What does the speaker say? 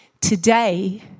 today